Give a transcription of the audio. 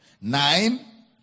nine